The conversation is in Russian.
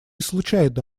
случайно